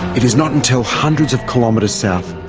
it is not until hundreds of kilometres south,